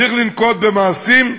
צריך לנקוט מעשים,